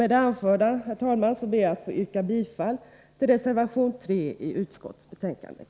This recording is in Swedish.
Med det anförda ber jag att få yrka bifall till reservation 3 i utskottsbetänkandet.